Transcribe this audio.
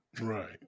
Right